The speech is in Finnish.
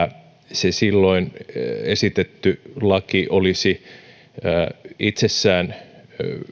se silloin esitetty laki olisi itsessään